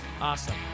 Awesome